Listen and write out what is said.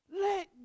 Let